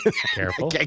Careful